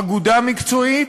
אגודה מקצועית,